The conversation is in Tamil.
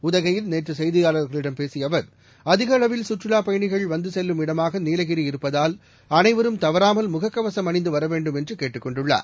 உதகையில் நேற்று செய்தியாளர்களிடம் பேசிய அவர் அதிக அளவில் கற்றுலா பயணிகள் வந்து செல்லும் இடமாக நீலகிரி இருப்பதால் அனைவரும் தவறாமல் முகக்கவசம் அணிந்து வர வேண்டும் என்று கேட்டுக் கொண்டுள்ளார்